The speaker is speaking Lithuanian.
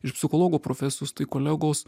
iš psichologų profesijos tai kolegos